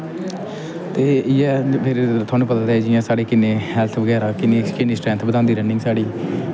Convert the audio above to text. ते इ'यै होंदा फिर थुआनू पता ते ऐ जियां साढ़े किन्ने हैल्थ बगैरा किन्ने किन्नी स्ट्रैंथ बधांदी रनिं ग साढ़ी